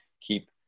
keep